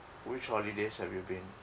which holidays have you been